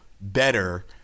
better